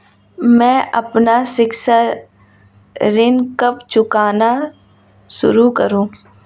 मैं अपना शिक्षा ऋण कब चुकाना शुरू करूँ?